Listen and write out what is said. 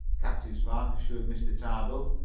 captain spark assured mr. tarbill.